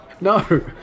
No